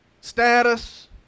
Status